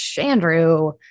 andrew